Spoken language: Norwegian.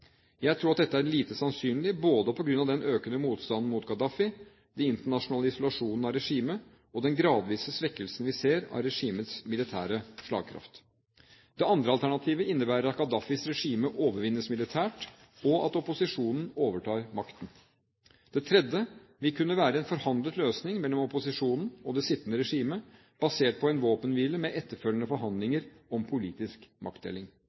Jeg tror at dette er lite sannsynlig både på grunn av den økende motstanden mot Gaddafi, den internasjonale isolasjonen av regimet og den gradvise svekkelsen vi ser av regimets militære slagkraft. Det andre alternativet innebærer at Gaddafis regime overvinnes militært, og at opposisjonen overtar makten. Det tredje alternativet vil kunne være en forhandlet løsning mellom opposisjonen og det sittende regimet basert på en våpenhvile med etterfølgende forhandlinger om politisk maktdeling.